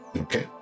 Okay